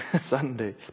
Sunday